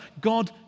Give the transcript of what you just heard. God